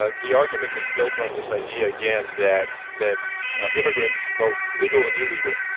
ah the argument is built on this idea again that that immigrants, both legal and illegal,